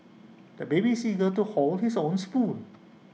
the baby is eager to hold his own spoon